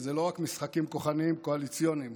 זה לא רק משחקים כוחניים קואליציוניים